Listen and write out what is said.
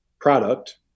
product